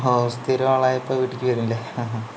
ഓ സ്ഥിരം ആളായപ്പോൾ വീട്ടിലേക്ക് വരും അല്ലെ